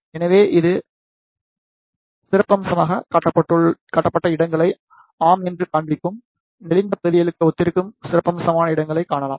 எனவே இது சிறப்பம்சமாகக் காட்டப்பட்ட இடங்களை ஆம் என்று காண்பிக்கும் நெளிந்த பகுதிகளுக்கு ஒத்திருக்கும் சிறப்பம்சமான இடங்களைக் காணலாம்